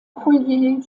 collier